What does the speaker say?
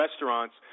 restaurants